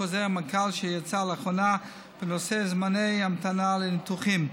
חוזר המנכ"ל שיצא לאחרונה בנושא זמני המתנה לניתוחים,